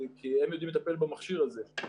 כי הם יודעים לטפל במכשיר הזה.